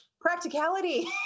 practicality